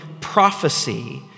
prophecy